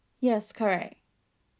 yes correct